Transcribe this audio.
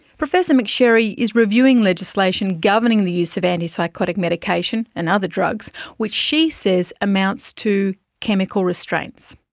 professor mcsherry is reviewing legislation governing the use of anti-psychotic medication and other drugs which she says amounts to chemical restraints.